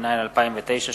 התש”ע 2009,